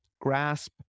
grasp